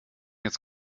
jetzt